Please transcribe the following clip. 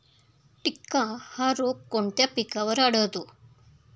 टिक्का हा रोग कोणत्या पिकावर आढळतो?